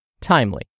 Timely